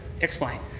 Explain